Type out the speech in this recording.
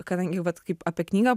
kadangi vat kaip apie knygą